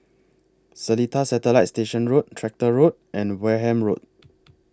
Seletar Satellite Station Road Tractor Road and Wareham Road